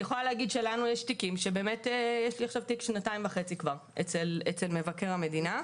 לנו יש תיק שממתין כבר שנתיים וחצי אצל מבקר המדינה.